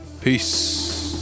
Peace